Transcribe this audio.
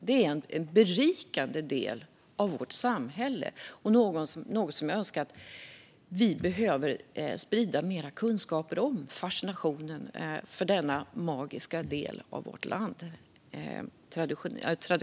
Det är berikande och magiska traditioner i vårt land som vi behöver sprida mer kunskap om. Fru talman!